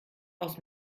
aus